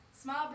small